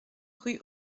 rue